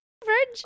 Fridge